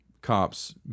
cops